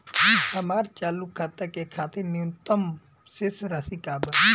हमार चालू खाता के खातिर न्यूनतम शेष राशि का बा?